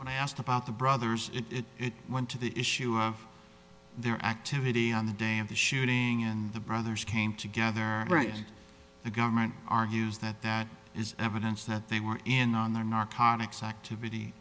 when i asked about the brothers it went to the issue of their activity on the day and the shooting the brothers came together the government argues that that is evidence that they were in on their narcotics activity